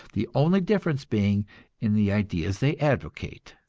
the only difference being in the ideas they advocate.